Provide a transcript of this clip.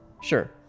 Sure